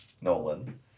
Nolan